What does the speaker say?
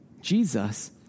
Jesus